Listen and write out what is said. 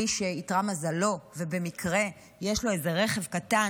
מי שאיתרע מזלו ובמקרה יש לו איזה רכב קטן